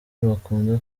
bakunda